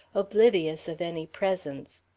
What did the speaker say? oblivious of any presence.